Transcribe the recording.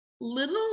little